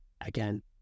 again